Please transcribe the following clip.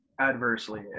adversely